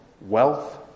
wealth